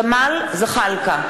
ג'מאל זחאלקה,